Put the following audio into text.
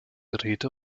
geräte